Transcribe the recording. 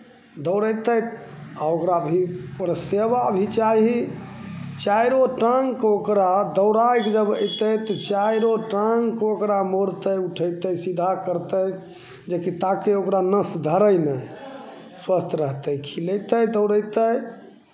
दौड़यतै आओर ओकरा भी सेवा भी चाही चारिओ टाङ्गकेँ ओकरा दौड़ाए कऽ जब अयतै तऽ चारिओ टाङ्गकेँ ओकरा मोड़तै उठयतै सीधा करतै जे कि ताकि नस ओकरा धरय नहि स्वस्थ रहतै खिलयतै दौड़यतै